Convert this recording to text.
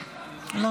------ תודה.